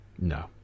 No